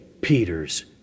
Peter's